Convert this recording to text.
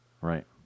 Right